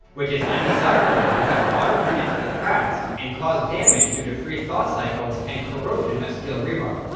which is undesirable because water can enter the cracks and cause damage due to freeze-thaw cycles and corrosion of steel rebar.